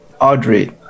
Audrey